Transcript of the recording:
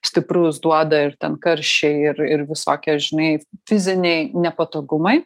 stiprus duoda ir ten karščiai ir ir visokie žinai fiziniai nepatogumai